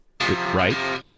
Right